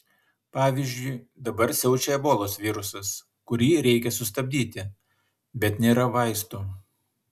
pavyzdžiui dabar siaučia ebolos virusas kurį reikia sustabdyti bet nėra vaistų